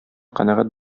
канәгать